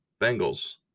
Bengals